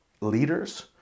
leaders